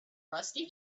rusty